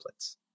templates